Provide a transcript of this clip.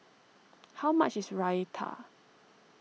how much is Raita